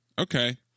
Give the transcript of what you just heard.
okay